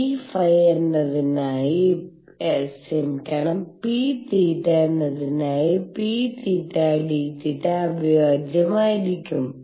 pθ എന്നതിനായി pθ dθ അവിഭാജ്യമായിരിക്കും